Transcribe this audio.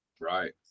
Right